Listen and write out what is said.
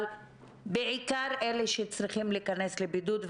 אבל בעיקר אלה שצריכים להיכנס לבידוד,